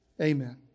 Amen